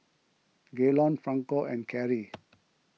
Gaylon Franco and Carrie